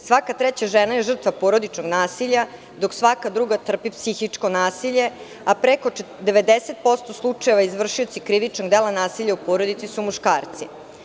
Svaka treća žena je žrtva porodičnog nasilja, dok svaka druga trpi psihičko nasilje, a preko 90% slučajeva izvršioca krivičnog dela nasilja u porodici su muškarci.